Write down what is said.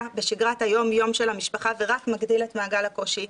בשגרת היום-יום של המשפחה ורק מגדיל את מעגל הקושי,